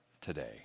today